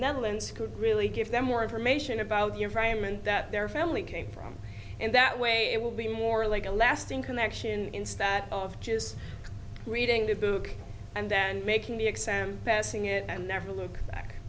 netherlands could really give them more information about your crime and that their family came from and that way it will be more like a lasting connection instead of just reading the book and then making the exam passing it and never look back